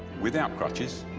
without crutches,